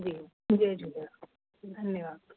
जी जय झूलेलाल धन्यवाद